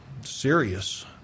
serious